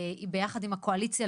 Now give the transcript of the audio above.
יחד עם הקואליציה,